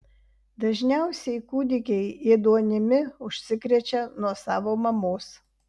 dažniausiai kūdikiai ėduonimi užsikrečia nuo savo mamos